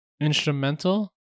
instrumental